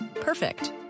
Perfect